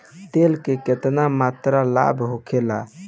तेल के केतना मात्रा लाभ होखेला?